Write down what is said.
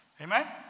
Amen